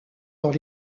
dans